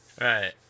Right